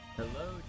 Hello